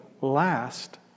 last